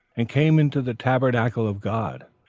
and came into the tabernacle of god.